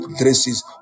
dresses